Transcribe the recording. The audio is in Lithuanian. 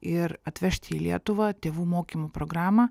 ir atvežti į lietuvą tėvų mokymų programą